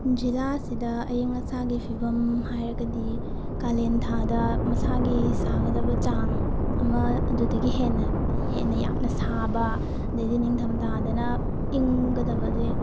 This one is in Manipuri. ꯖꯤꯂꯥ ꯑꯁꯤꯗ ꯑꯏꯪ ꯑꯁꯥꯒꯤ ꯐꯤꯚꯝ ꯍꯥꯏꯔꯒꯗꯤ ꯀꯥꯂꯦꯟ ꯊꯥꯗ ꯃꯁꯥꯒꯤ ꯁꯥꯒꯗꯕ ꯆꯥꯡ ꯑꯃ ꯑꯗꯨꯗꯒꯤ ꯍꯦꯟꯅ ꯍꯦꯟꯅ ꯌꯥꯝꯅ ꯁꯥꯕ ꯑꯗꯩꯗꯤ ꯅꯤꯡꯊꯝ ꯊꯥꯗꯅ ꯏꯪꯒꯗꯕꯁꯦ